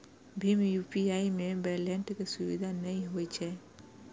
भीम UPI मे wallet के सुविधा नै होइ छै